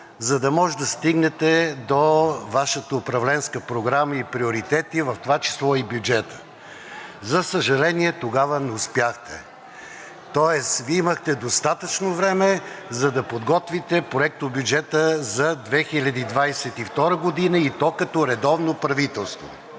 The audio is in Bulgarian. за да може да стигнете до Вашата управленска програма и приоритети, в това число и бюджета. За съжаление, тогава не успяхте, тоест Вие имахте достатъчно време, за да подготвите проектобюджета за 2022 г., и то като редовно правителство.